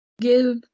give